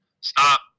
stop